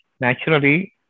naturally